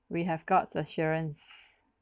we have god's assurance